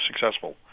successful